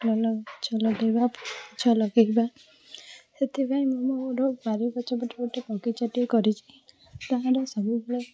ଭଲ ଗଛ ଲଗେଇବା ଗଛ ଲଗେଇବା ସେଥିପାଇଁ ମୁଁ ମୋର ବାରି ପଛପଟେ ବଗିଚା ଟିଏ କରିଛି ତାହାର ସବୁବେଳେ